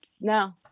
no